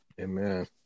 amen